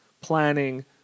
planning